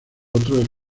otros